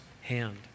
hand